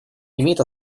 имеет